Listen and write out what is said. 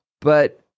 But-